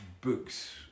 books